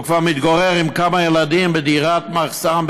כשהוא כבר מתגורר עם כמה ילדים בדירת מחסן,